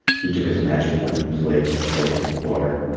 he took his magic wooden plate and filled it with water,